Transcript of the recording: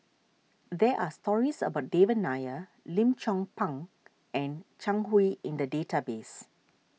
there are stories about Devan Nair Lim Chong Pang and Zhang Hui in the database